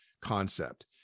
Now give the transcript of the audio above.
concept